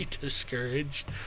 discouraged